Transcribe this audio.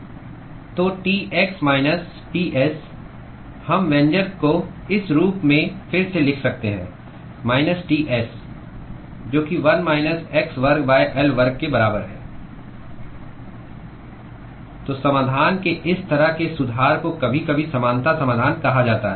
तो Tx minus Ts हम व्यंजक को इस रूप में फिर से लिख सकते हैं माइनस Ts जो कि 1 माइनस x वर्ग L वर्ग के बराबर है तो समाधान के इस तरह के सुधार को कभी कभी समानता समाधान कहा जाता है